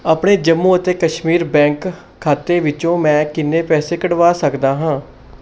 ਆਪਣੇ ਜੰਮੂ ਅਤੇ ਕਸ਼ਮੀਰ ਬੈਂਕ ਖਾਤੇ ਵਿੱਚੋਂ ਮੈਂ ਕਿੰਨੇ ਪੈਸੇ ਕੱਢਵਾ ਸਕਦਾ ਹਾਂ